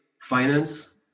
finance